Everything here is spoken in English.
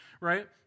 right